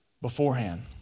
beforehand